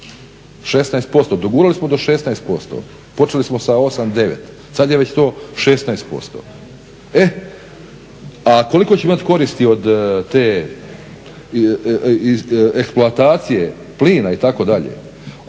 16%, dogurali smo do 16%, počeli smo sa 8, 9, sada je već to 16%. E a koliko ćemo imati koristi od te eksploatacije plina itd.